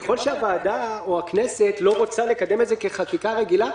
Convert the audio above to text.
ככל שהוועדה או הכנסת לא רוצה לקדם את זה כחקיקה רגילה,